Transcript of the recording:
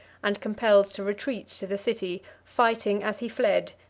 and compelled to retreat to the city, fighting as he fled,